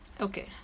Okay